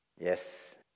Yes